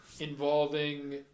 Involving